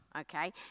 okay